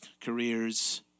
careers